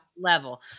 level